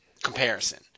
Comparison